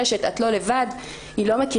הרשת: את לא לבד היא לא מכירה.